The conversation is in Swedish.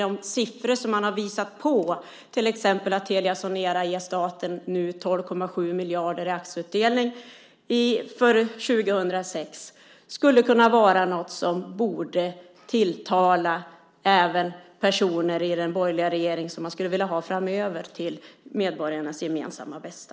De siffror som nu visas, till exempel att Telia Sonera ger staten 12,7 miljarder i aktieutdelning för 2006, borde kunna tilltala personer också i den borgerliga regeringen. Det borde vara sådant som man vill ha även framöver - för medborgarnas gemensamma bästa.